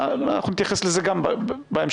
אנחנו נתייחס לזה גם בהמשך.